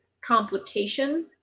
complication